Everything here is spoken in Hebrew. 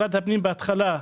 בהתחלה,